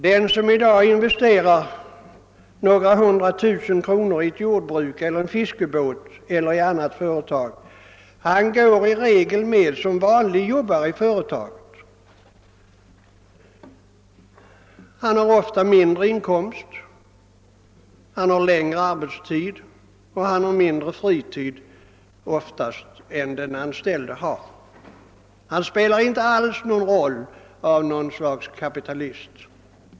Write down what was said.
Den som i dag investerar några hundratusen kro nor i ett jordbruk, en fiskebåt eller ett annat företag går i regel med i arbetet som vanlig jobbare. Han har inte sällan lägre inkomst, längre arbetstid och mindre fritid än den anställde. Han spelar inte alls rollen av något slags kapitalist.